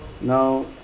Now